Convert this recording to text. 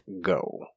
go